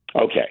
Okay